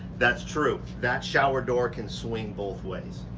that's true, that shower door can swing both ways.